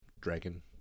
dragon